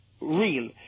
real